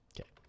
Okay